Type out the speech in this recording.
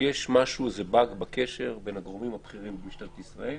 יש איזשהו באג בקשר בין הגורמים הבכירים במשטרת ישראל